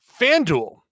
FanDuel